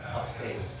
upstairs